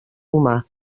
humà